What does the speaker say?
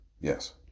yes